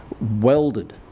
welded